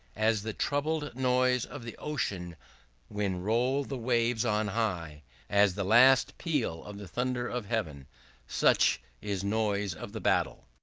as the troubled noise of the ocean when roll the waves on high as the last peal of the thunder of heaven such is noise of the battle.